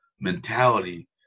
mentality